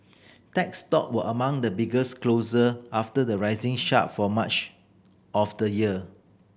tech stock were among the biggest loser after the rising sharp for much of the year